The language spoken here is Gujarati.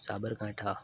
સાબરકાંઠા